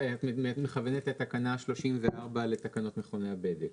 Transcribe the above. את מכוונת את תקנה 34 לתקנות מכוני הבדק.